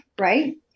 right